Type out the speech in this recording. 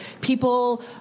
people